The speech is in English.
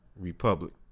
republic